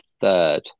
third